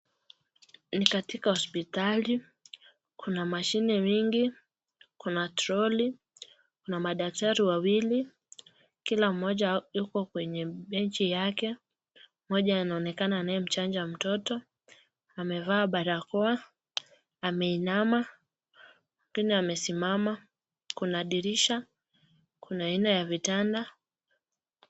Ni katika hospitali. Kuna mashine mingi. Kuna troli. Kuna madaktari wawili. Kila mmoja yuko kwenye bench yake. Mmoja anaonekana, anayemchanja mtoto, amevaa barakoa, ameinama. Mwingine amesimama. Kuna dirisha. Kuna aina ya vitanda.